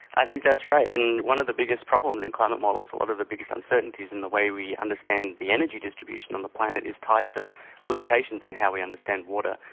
i think that's right, and one of the biggest problems in climate models, a lot of the biggest uncertainties in the way we understand the energy distribution on the planet is tied to limitations in how we understand water,